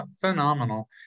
Phenomenal